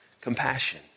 Compassion